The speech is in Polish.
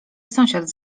sąsiad